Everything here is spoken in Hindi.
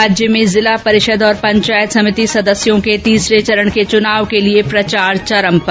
राज्य में जिला परिषद और पंचायत समिति सदस्यों के तीसरे चरण के चुनाव के लिये प्रचार चरम पर